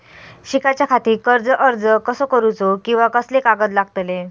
शिकाच्याखाती कर्ज अर्ज कसो करुचो कीवा कसले कागद लागतले?